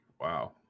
Wow